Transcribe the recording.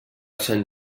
sant